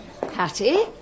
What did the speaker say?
Patty